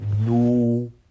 no